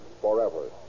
forever